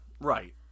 Right